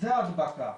זו ההדבקה.